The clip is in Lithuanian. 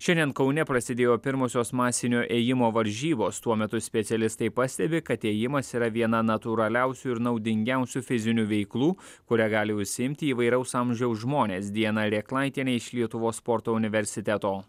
šiandien kaune prasidėjo pirmosios masinio ėjimo varžybos tuo metu specialistai pastebi kad ėjimas yra viena natūraliausių ir naudingiausių fizinių veiklų kuria gali užsiimti įvairaus amžiaus žmonės diana rėklaitienė iš lietuvos sporto universiteto